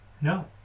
No